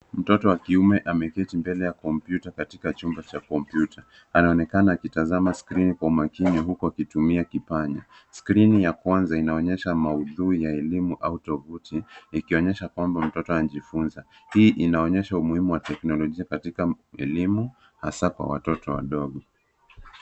Mtoto wa kiume ameketi mbele ya kompyuta katika chumba cha kompyuta. Anaonekana akitazama skrini kwa makini huku akitumia kipanya. Skrini ya kwanza inaonyesha maudhui ya elimu au tovuti ikionyesha kwamba mtoto anajifunza. Hii inaonyesha muhimu wa teknolojia katika elimu hasa kwa watoto wadogo.